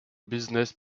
business